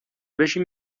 بشین